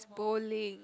bowling